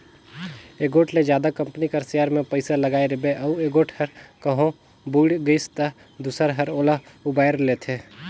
एगोट ले जादा कंपनी कर सेयर में पइसा लगाय रिबे अउ एगोट हर कहों बुइड़ गइस ता दूसर हर ओला उबाएर लेथे